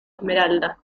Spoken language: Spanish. esmeralda